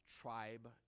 tribe